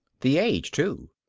the age too.